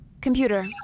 Computer